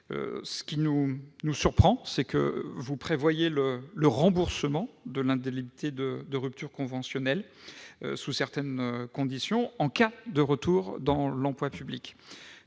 le secrétaire d'État, c'est que vous prévoyez le remboursement de l'indemnité de rupture conventionnelle, sous certaines conditions, en cas de retour dans l'emploi public.